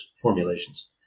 formulations